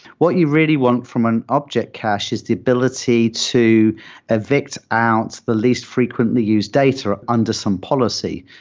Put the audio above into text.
what you really want from an object cache is the ability to evict out the least frequently used data under some policy.